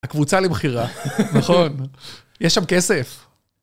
הקבוצה למכירה, נכון, יש שם כסף.